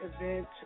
event